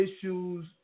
issues